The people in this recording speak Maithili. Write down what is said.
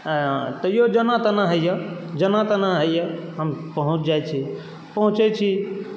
तैयो जेना तेना होइया जेना तेना होइया हम पहुँच जाइ छी पहुँचै छी